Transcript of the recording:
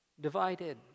divided